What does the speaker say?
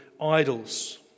idols